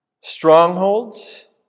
strongholds